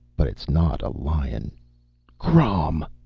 but it's not a lion crom!